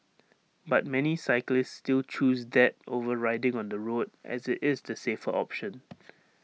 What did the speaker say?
but many cyclists still choose that over riding on the road as IT is the safer option